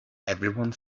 everyone